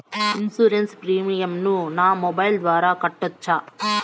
Insurance premium ను నా mobile ద్వారా కట్టొచ్చా?